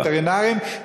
על וטרינרים,